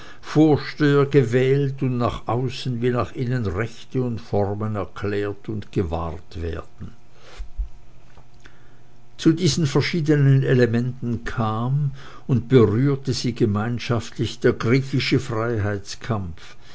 vorsteher gewählt und nach außen wie nach innen rechte und formen erklärt und gewahrt werden zu diesen verschiedenen elementen kam und berührte sie gemeinschaftlich der griechische freiheitskampf